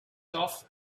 off